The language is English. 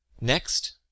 Next